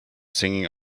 singing